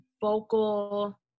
vocal